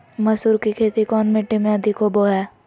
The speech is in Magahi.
मसूर की खेती कौन मिट्टी में अधीक होबो हाय?